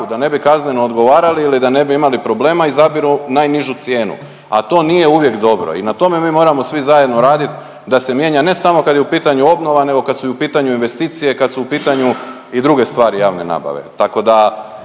da ne bi kazneno odgovarali ili da ne bi imali problema izabiru najnižu cijenu, a to nije uvijek dobro i na tome mi moramo svi zajedno radit da se mijenja ne samo kad je u pitanju obnova nego kad su i u pitanju investicije, kad su u pitanju i druge stvari javne nabave,